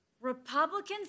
Republicans